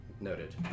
Noted